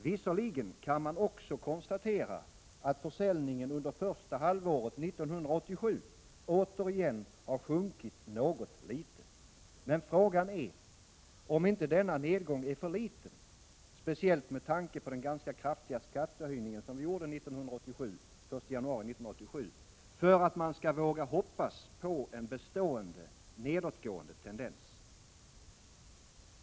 Visserligen kan man också konstatera att försäljningen under första halvåret 1987 återigen har sjunkit något litet, men frågan är om inte denna nedgång är för liten — speciellt med tanke på den ganska kraftiga skattehöjning som gjordes den 1 januari 1987 — för att man skall våga hoppas på en bestående nedåtgående tendens.